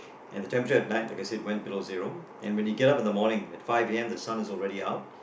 and the temperature at night like I said went below zero and when you get up in the morning at five A_M the sun is already out